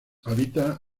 habita